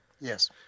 Yes